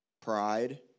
pride